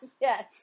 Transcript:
yes